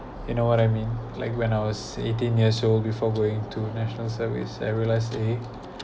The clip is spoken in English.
you know what I mean like when I was eighteen years old before going to national service I realised uh